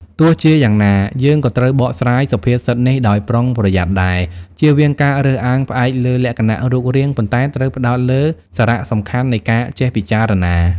ទោះជាយ៉ាងណា យើងក៏ត្រូវបកស្រាយសុភាសិតនេះដោយប្រុងប្រយ័ត្នដែរ ជៀសវាងការរើសអើងផ្អែកលើលក្ខណៈរូបរាង ប៉ុន្តែត្រូវផ្តោតលើសារសំខាន់នៃការចេះពិចារណា។